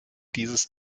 dieses